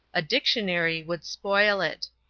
a dictionary would spoil it.